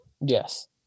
Yes